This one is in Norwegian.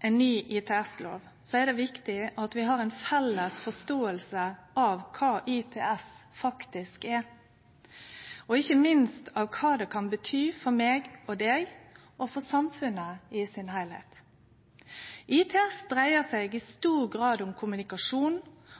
er det viktig at vi har ei felles forståing av kva ITS faktisk er, og ikkje minst av kva det kan bety for meg og deg og for samfunnet i sin heilskap. ITS dreier seg i stor grad om kommunikasjon,